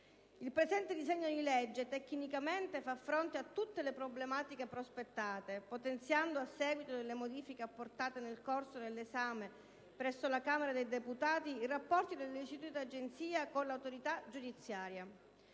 Il presente disegno di legge, tecnicamente, fa fronte a tutte le problematiche prospettate, potenziando, a seguito delle modifiche apportate nel corso dell'esame presso la Camera dei deputati, i rapporti dell'istituita Agenzia con l'autorità giudiziaria.